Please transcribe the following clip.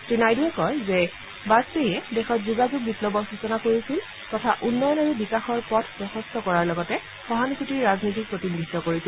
শ্ৰীনাইডুৱে কয় যে বাজপেয়ীয়ে দেশত যোগাযোগ বিপ্লৱৰ সূচনা কৰিছিল তথা উন্নয়ন আৰু বিকাশ পথ প্ৰশস্ত কৰাৰ লগতে সহানুভূতিৰ ৰাজনীতিক প্ৰতিনিধিত্ব কৰিছিল